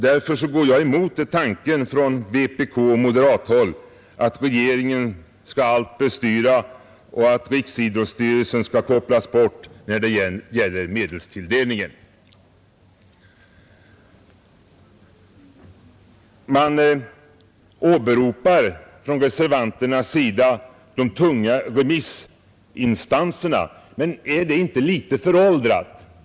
Därför går jag emot tanken från vpk-moderathåll att regeringen skall allt bestyra och att riksidrottsstyrelsen skall kopplas bort när det gäller medelstilldelningen. Från reservanternas sida åberopas de tunga remissinstanserna. Men är det inte litet föråldrat?